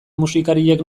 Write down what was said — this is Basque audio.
musikariak